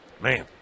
man